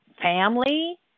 Family